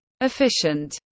efficient